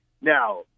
Now –